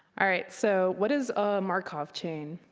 alright, so what is a markov chain?